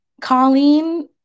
Colleen